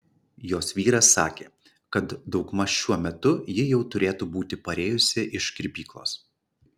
jos vyras sakė kad daugmaž šiuo metu ji jau turėtų būti parėjusi iš kirpyklos